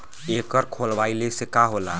एकर खोलवाइले से का होला?